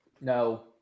No